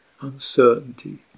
uncertainty